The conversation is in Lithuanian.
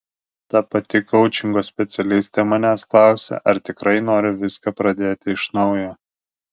ta pati koučingo specialistė manęs klausė ar tikrai noriu viską pradėti iš naujo